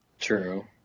True